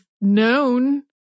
known